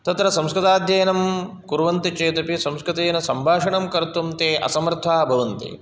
तत्र संस्कृताध्ययनं कुर्वन्ति वेदपि संस्कृतेन सम्भाषणं कर्तुं ते असमर्थाः भवन्ति